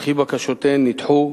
וכי בקשותיהן נדחו,